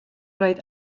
rhaid